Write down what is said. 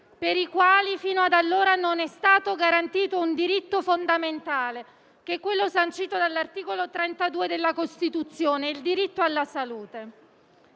per i quali fino ad allora non era stato garantito un diritto fondamentale come quello sancito dall'articolo 32 della Costituzione, il diritto alla salute.